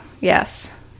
Yes